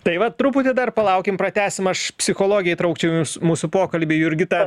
tai va truputį dar palaukim pratęsim aš psichologę įtraukčiau jus mūsų pokalbį jurgita